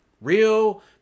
real